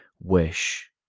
wish